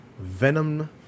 Venom